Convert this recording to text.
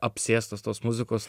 apsėstas tos muzikos